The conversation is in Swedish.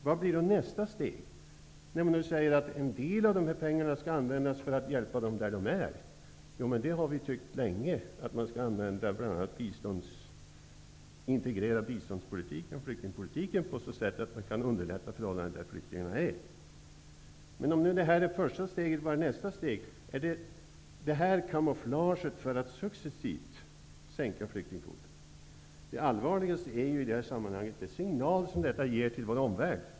Vad blir då nästa steg? Man säger att en del av pengarna skall användas till att hjälpa människor där de är. Vi har ju länge tyckt att man skall integrera bistånds och flyktingpolitiken på så sätt att man underlättar förhållandena där flyktingarna är. Om nu detta är det första steget, vad blir då nästa? Är detta kamoflage för att successivt sänka flyktingkvoten? Det allvarligaste i sammanhanget är ju den signal detta ger till vår omvärld.